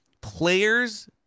players